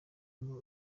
ngo